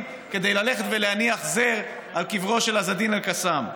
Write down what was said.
כדי ללכת ולהניח זר על קברו של עז-א-דין אל-קאסם.